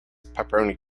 pepperoni